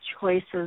choices